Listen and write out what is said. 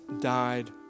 died